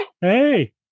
hey